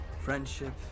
Friendship